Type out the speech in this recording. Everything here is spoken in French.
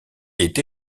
est